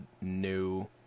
new